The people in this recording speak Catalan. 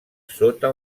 sota